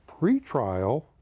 pretrial